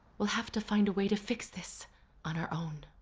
we'll have to find a way to fix this on our own.